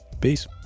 Peace